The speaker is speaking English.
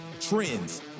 trends